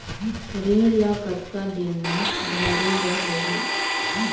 ऋण ला कतना दिन मा भरे बर रही?